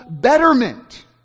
betterment